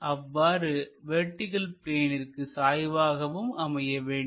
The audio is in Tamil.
அவ்வாறு வெர்டிகள் பிளேனிற்கு சாய்வாகவும் அமைய வேண்டும்